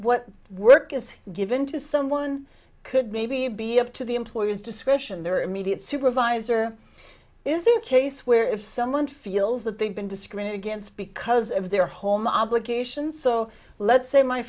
what work is given to someone could maybe be up to the employer's discretion their immediate supervisor is a case where if someone feels that they've been discriminated against because of their home obligations so let same my